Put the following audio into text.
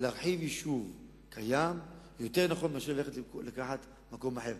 להרחיב יישוב קיים יותר נכון מאשר לקחת מקום אחר.